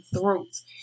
throats